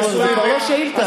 מנותקת ומסואבת,